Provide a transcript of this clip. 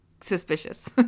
suspicious